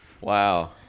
Wow